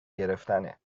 گرفتنه